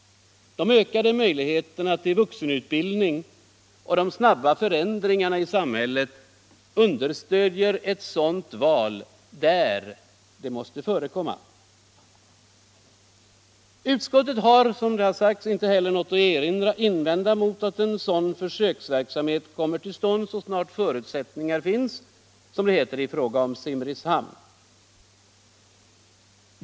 De ökade möjligheterna till vuxenutbildning och de snabba förändringarna i samhället understödjer ett sådant val, där det måste förekomma. Utskottet har, som det har sagts här, inte heller någonting att invända mot att en sådan försöksverksamhet kommer till stånd så snart förutsättningar finns, som det heter i fråga om försöksverksamheten med SSG i Simrishamn.